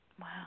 Wow